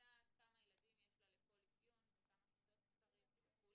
לדעת כמה ילדים יש לה לכל אפיון וכמה כיתות צריך וכו'.